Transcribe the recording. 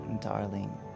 darling